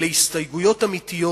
אלה הסתייגויות אמיתיות,